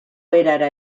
erara